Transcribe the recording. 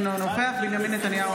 אינו נוכח בנימין נתניהו,